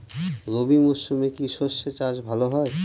রবি মরশুমে কি সর্ষে চাষ ভালো হয়?